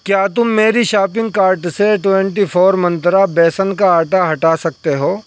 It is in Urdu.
کیا تم میری شاپنگ کارٹ سے ٹوینٹی فور منترا بیسن کا آٹا ہٹا سکتے ہو